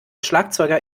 schlagzeuger